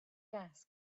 gas